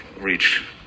reach